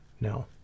no